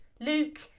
Luke